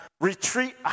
retreat